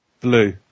Blue